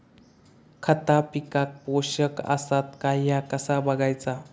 खता पिकाक पोषक आसत काय ह्या कसा बगायचा?